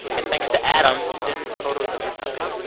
and thanks to adam. send photos of your puppy.